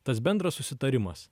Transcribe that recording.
tas bendras susitarimas